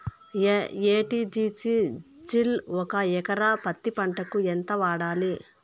ఎ.టి.జి.సి జిల్ ఒక ఎకరా పత్తి పంటకు ఎంత వాడాలి?